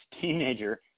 teenager